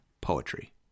poetry